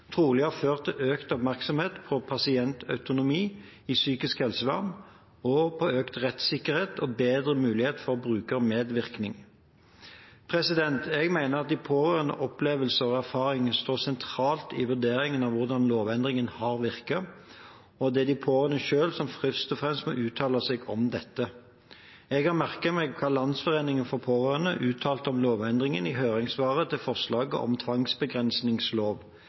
trolig har ført til økt oppmerksomhet på pasientautonomi i psykisk helsevern og på økt rettssikkerhet og bedre mulighet for brukermedvirkning. Jeg mener at de pårørendes opplevelser og erfaringer står sentralt i vurderingen av hvordan lovendringen har virket, og det er de pårørende selv som først og fremst må uttale seg om dette. Jeg har merket meg hva Landsforeningen for Pårørende innen Psykisk Helse uttalte om lovendringen i høringssvaret til forslaget om tvangsbegrensningslov: